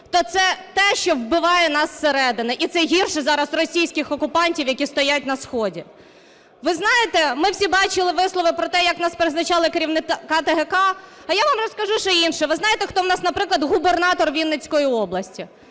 то це те, що вбиває нас зсередини, і це гірше зараз російських окупантів, які стоять на сході. Ви знаєте, ми всі бачили вислови про те, як у нас призначали керівника ТГК. А я вам розкажу ще й інше. Ви знаєте, хто у нас, наприклад, губернатор Вінницької області?